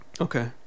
okay